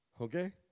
Okay